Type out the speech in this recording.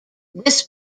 this